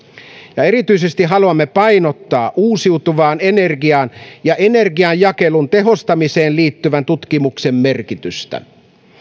ja erityisesti haluamme painottaa uusiutuvaan energiaan ja energianjakelun tehostamiseen liittyvän tutkimuksen merkitystä